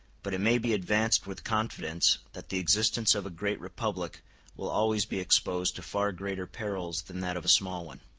but it may be advanced with confidence that the existence of a great republic will always be exposed to far greater perils than that of a small one.